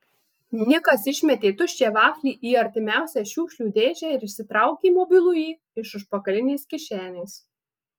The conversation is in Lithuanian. nikas išmetė tuščią vaflį į artimiausią šiukšlių dėžę ir išsitraukė mobilųjį iš užpakalinės kišenės